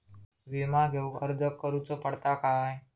विमा घेउक अर्ज करुचो पडता काय?